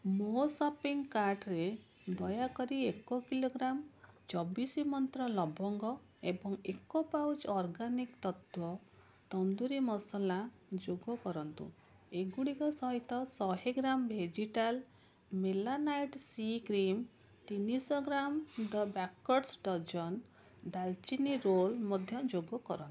ମୋ ଶପିଙ୍ଗ କାର୍ଟରେ ଦୟାକରି ଏକ କିଲୋଗ୍ରାମ ଚବିଶି ମନ୍ତ୍ର ଲବଙ୍ଗ ଏବଂ ଏକ ପାଉଚ୍ ଅର୍ଗାନିକ୍ ତତ୍ତ୍ୱ ତନ୍ଦୁରୀ ମସଲା ଯୋଗ କରନ୍ତୁ ଏଗୁଡ଼ିକ ସହିତ ଶହେ gram vegetal melanite C cream ତିନିଶହ gram the backwards dozen ଡାଲଚିନି ରୋଲ୍ ମଧ୍ୟ ଯୋଗ କରନ୍ତୁ